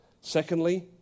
Secondly